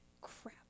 crap